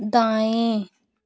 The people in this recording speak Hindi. दाएँ